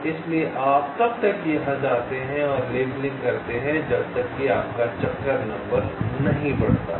इसलिए आप तब तक यहां जाते हैं और लेबलिंग करते हैं जब तक कि आपका चक्कर नंबर नहीं बढ़ता है